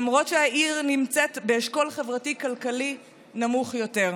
למרות שהעיר נמצאת באשכול חברתי-כלכלי נמוך יותר.